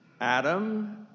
Adam